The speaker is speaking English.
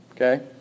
Okay